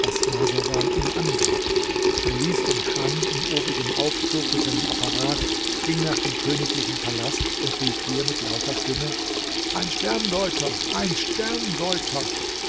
was marsawan ihm angab verließ den chan in obigem aufzug mit seinem apparat ging nach dem königlichen palast und rief hier mit lauter stimme ein sterndeuter ein